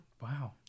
Wow